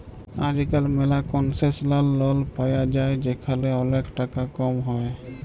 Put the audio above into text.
আজকাল ম্যালা concessional loan পায়া যায় যেখালে ওলেক টাকা কম হ্যয়